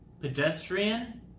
pedestrian